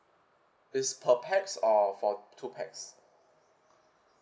it's per pax or for two pax